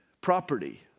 property